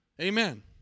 Amen